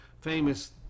famous